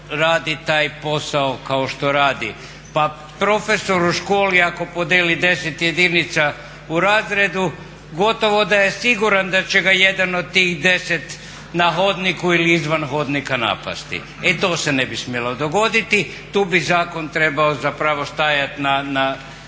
Pa profesor u školi ako podijeli 10 jedinica u razredu gotovo da je siguran da će ga jedan od tih 10 na hodniku ili izvan hodnika napasti. E to se ne bi smjelo dogoditi, tu bi zakon trebao zapravo stajati na